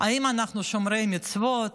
אם אנחנו שומרי מצוות,